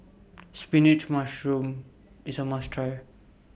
Spinach Mushroom IS A must Try